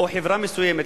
או חברה מסוימת,